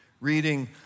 reading